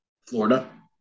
Florida